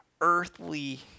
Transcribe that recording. earthly